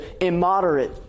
immoderate